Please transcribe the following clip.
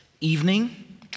evening